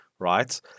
right